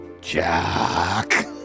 Jack